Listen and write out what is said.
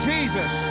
Jesus